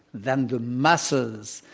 than the masses,